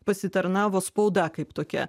pasitarnavo spauda kaip tokia